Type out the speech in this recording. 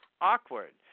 awkward